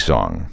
Song